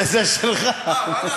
זה שלך.